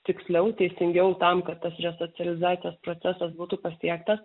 tiksliau teisingiau tam kad tas resocializacijos procesas būtų pasiektas